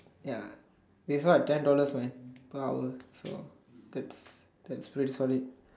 ya this one what ten dollars man ten dollar straight forward